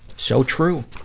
so true.